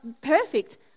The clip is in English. perfect